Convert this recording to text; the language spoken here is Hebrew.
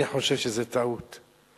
אני חושב שזו טעות.